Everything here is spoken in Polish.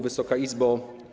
Wysoka Izbo!